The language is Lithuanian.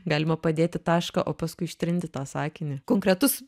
galima padėti tašką o paskui ištrinti tą sakinį konkretus